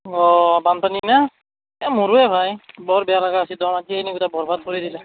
অঁ বানপানী নে এ মোৰো এ ভাই বৰ বেয়া লগা হৈছি দ মাটি খিনি গোটে বৰবাদ কৰি দিলে